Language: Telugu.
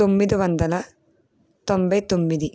తొమ్మిది వందల తొంభై తొమ్మిది